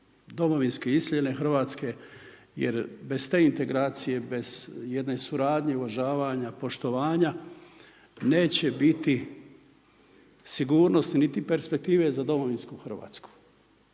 domovinske iseljene hrvatske, jer bez te integracije, bez jedne suradnje uvažavanja poštovanja neće biti sigurnosti niti perspektive za domovinsku hrvatsku.